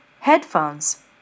Headphones